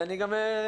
אני גם חושש,